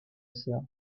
sœur